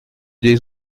des